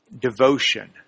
devotion